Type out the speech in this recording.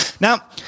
Now